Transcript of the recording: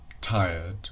tired